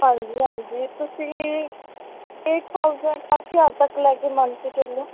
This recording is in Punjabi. ਹਾਂਜੀ ਹਾਂਜੀ ਤੁਸੀਂ ਏਟ ਥਾਊਂਸੈਡ ਅੱਠ ਹਜ਼ਾਰ ਤੱਕ ਲੈ ਕੇ ਮੰਨ ਕੇ ਚੱਲੋ